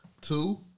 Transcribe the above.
Two